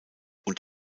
und